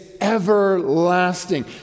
everlasting